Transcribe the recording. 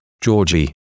Georgie